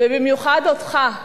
ובמיוחד אותך,